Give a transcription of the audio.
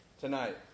tonight